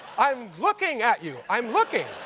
i'm looking at you! i'm looking.